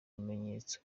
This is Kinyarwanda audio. bimenyetso